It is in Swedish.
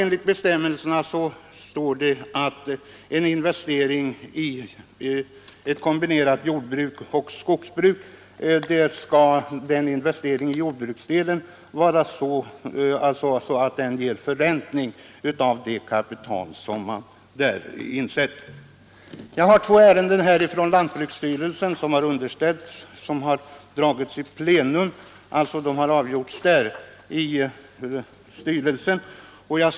Enligt bestämmelserna skall den investering som görs i jordbruksdelen i ett kombinerat jordoch skogsbruk ge förräntning på det kapital som där sätts in. Jag har här två ärenden där det har utgått stöd. Båda har underställts och avgjorts i lantbruksstyrelsens plenum.